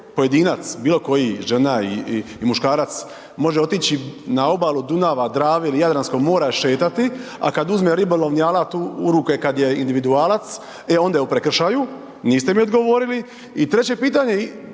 pojedinac, bilo koji, žena i muškarac može otići na obalu Dunava, Drave ili Jadranskog mora šetati, a kad uzme ribolovni alat u ruke, kad je individualac, e onda je u prekršaju. Niste mi odgovorili. I treće pitanje,